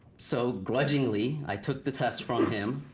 so grudgingly, i took the test from him.